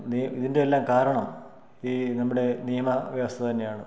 നേ ഇതിൻ്റെ എല്ലാം കാരണം ഈ നമ്മുടെ നിയമ വ്യവസ്ഥ തന്നെയാണ്